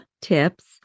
tips